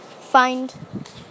find